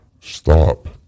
Stop